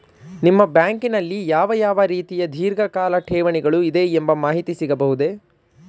ನಿಮ್ಮ ಬ್ಯಾಂಕಿನಲ್ಲಿ ಯಾವ ಯಾವ ರೀತಿಯ ಧೀರ್ಘಕಾಲ ಠೇವಣಿಗಳು ಇದೆ ಎಂಬ ಮಾಹಿತಿ ಸಿಗಬಹುದೇ?